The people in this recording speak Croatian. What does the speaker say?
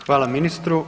Hvala ministru.